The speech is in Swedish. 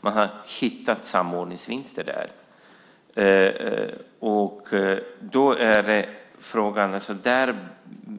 Man har hittat samordningsvinster där.